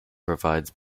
provides